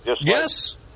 Yes